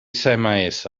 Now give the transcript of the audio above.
sms